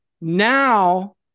now